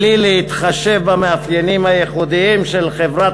בלי להתחשב במאפיינים הייחודיים של חברת